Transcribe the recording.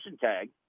tag